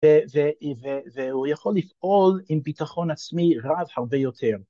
והוא יכול לפעול עם ביטחון עצמי רב הרבה יותר